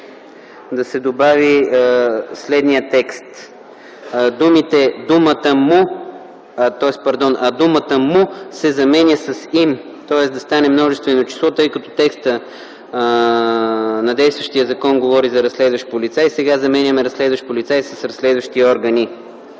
да се добави следният текст: „а думата „му” се заменя с „им”, тоест да стане множествено число. Текстът на действащия закон говори за разследващ полицай, а сега заменяме „разследващ полицай” с „разследващи органи”.